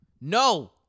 no